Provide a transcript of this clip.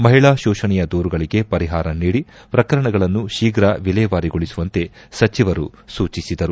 ಮಹಿಳಾ ಶೋಷಣೆಯ ದೂರುಗಳಿಗೆ ಪರಿಹಾರ ನೀಡಿ ಪ್ರಕರಣಗಳನ್ನು ಶೀಘ ವಿಲೇವಾರಿಗೊಳಿಸುವಂತೆ ಸಚಿವರು ಸೂಚಿಸಿದರು